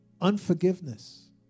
Unforgiveness